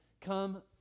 come